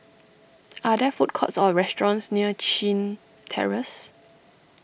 are there food courts or restaurants near Chin Terrace